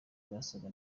basaga